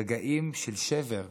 רגעים של שבר.